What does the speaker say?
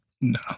No